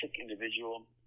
individual